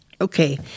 Okay